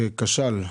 שכשל.